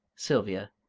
sylvia,